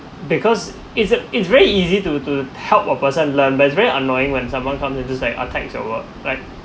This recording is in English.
because is it it's very easy to to help a person learn but it's very annoying when someone comes to just like attacks your work like